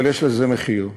אבל יש לזה מחיר.